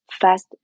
fast